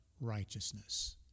righteousness